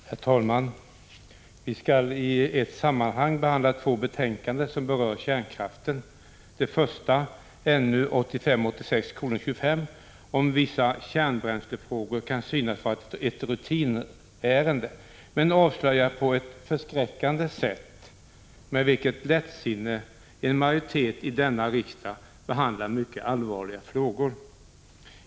Herr talman! Vi skall i ett sammanhang behandla två betänkanden som berör kärnkraften. Det första, NU 1985/86:25, om vissa kärnbränslefrågor kan synas uppta ett rutinärende, men avslöjar på ett förskräckande sätt med vilket lättsinne en majoritet i denna riksdag behandlar mycket allvarliga frågor.